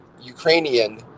Ukrainian